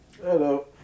Hello